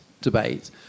debate